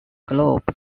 globe